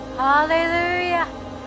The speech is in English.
Hallelujah